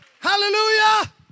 Hallelujah